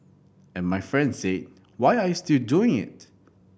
and my friend said why are you still doing it